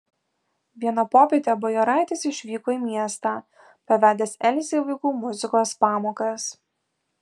vieną popietę bajoraitis išvyko į miestą pavedęs elzei vaikų muzikos pamokas